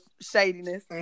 shadiness